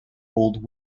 old